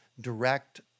direct